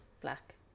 Black